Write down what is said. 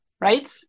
Right